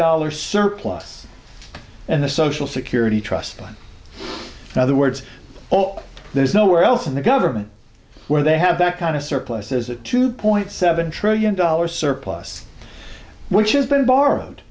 dollars surplus and the social security trust fund other words there's nowhere else in the government where they have that kind of surpluses a two point seven trillion dollars surplus which has been borrowed